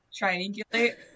triangulate